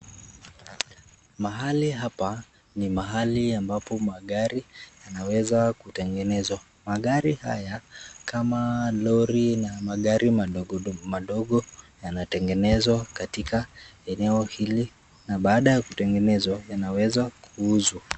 Mahali hapa ni mahali ambapo magari yanaweza kutengenezwa. Magari haya kama lori na magari madogo madogo yanatengenezwa katika eneo hili na baada ya kutengenezwa yanaweza kuuzwa.